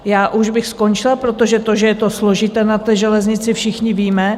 Já už bych skončila, protože to, že je to složité na železnici, všichni víme.